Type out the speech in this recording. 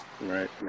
right